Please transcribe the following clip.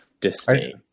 disdain